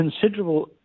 considerable